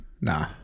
Nah